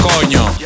coño